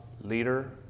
leader